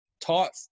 taught